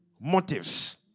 motives